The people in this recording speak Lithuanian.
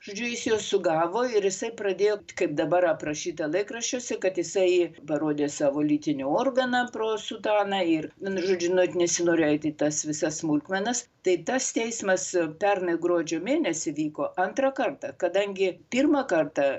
žodžiu jis juos sugavo ir jisai pradėjo kaip dabar aprašyta laikraščiuose kad jisai parodė savo lytinį organą pro sudaną ir vienu žodžiu not nesinorėjo eiti į tas visas smulkmenas tai tas teismas pernai gruodžio mėnesį vyko antrą kartą kadangi pirmą kartą